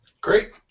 Great